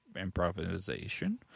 improvisation